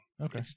okay